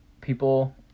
People